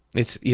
it's, you